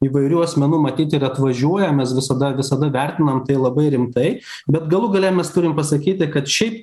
įvairių asmenų matyt ir atvažiuoja mes visada visada vertinam tai labai rimtai bet galų gale mes turim pasakyti kad šiaip